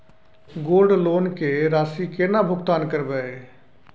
Gold loan के राशि केना भुगतान करबै?